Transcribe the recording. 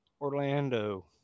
Orlando